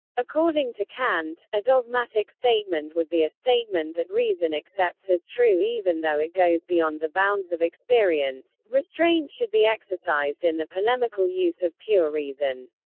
according to kant, a dogmatic statement would be a statement that reason accepts as true even though it goes beyond the bounds of experience restraint should be exercised in the polemical use of pure reason.